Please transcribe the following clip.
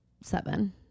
seven